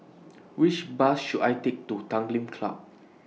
Which Bus should I Take to Tanglin Club